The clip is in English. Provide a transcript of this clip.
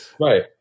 right